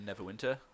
Neverwinter